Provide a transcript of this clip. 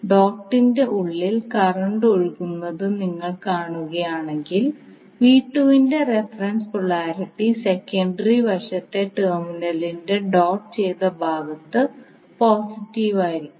dot ൻറെ ഉള്ളിൽ current ഒഴുകുന്നത് നിങ്ങൾ കാണുകയാണെങ്കിൽ ന്റെ റഫറൻസ് പോളാരിറ്റി സെക്കൻഡറി വശത്തെ ടെർമിനലിന്റെ ഡോട്ട് ചെയ്ത ഭാഗത്ത് പോസിറ്റീവ് ആയിരിക്കും